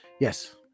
Yes